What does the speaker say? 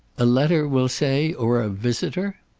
a letter, we'll say, or a visitor?